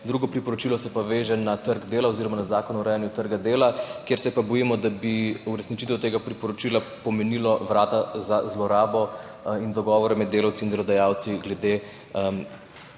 Drugo priporočilo se pa veže na trg dela oziroma na Zakon o urejanju trga dela, kjer se pa bojimo, da bi uresničitev tega priporočila pomenila vrata za zlorabo dogovora med delavci in delodajalci glede